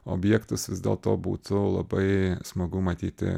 objektus vis dėlto būtų labai smagu matyti